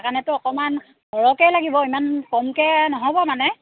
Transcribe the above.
সেইকাৰণেতো অকণমান সৰহকৈয়ে লাগিব ইমান কমকৈ নহ'ব মানে